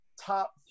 top